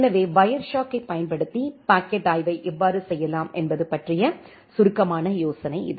எனவே வயர்ஷார்க்கைப் பயன்படுத்தி பாக்கெட் ஆய்வை எவ்வாறு செய்யலாம் என்பது பற்றிய சுருக்கமான யோசனை இது